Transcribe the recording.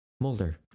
Mulder